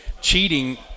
cheating